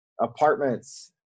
apartments